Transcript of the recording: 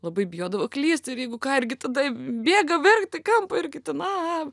labai bijodavo klyst ir jeigu ką irgi tada bėga verkt į kampą irgi na a